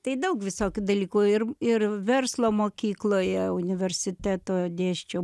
tai daug visokių dalykų ir ir verslo mokykloje universiteto dėsčiau